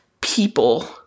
people